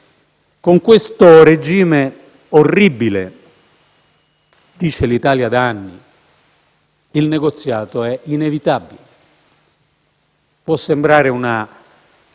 Con questo regime orribile, dice l'Italia da anni, il negoziato è inevitabile. Può sembrare una